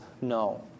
no